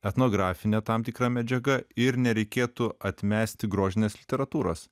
etnografine tam tikra medžiaga ir nereikėtų atmesti grožinės literatūros